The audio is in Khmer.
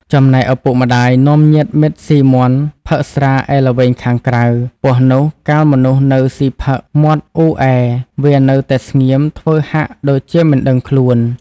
ចំណែកឪពុកម្ដាយនាំញាតិមិត្ដស៊ីមាន់ផឹកស្រាឯល្វែងខាងក្រៅ។ ពស់ នោះកាលមនុស្សនៅស៊ីផឹកមាត់អ៊ូរអែវានៅតែស្ងៀមធ្វើហាក់ដូចជាមិនដឹងខ្លួន។